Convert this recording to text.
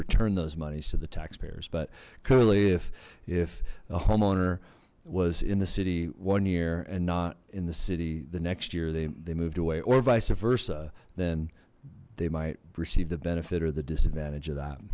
return those monies to the taxpayers but curly if if a homeowner was in the city one year and not in the city the next year they moved away or vice versa then they might receive the benefit or the disadvantage of that